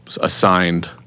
assigned